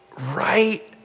right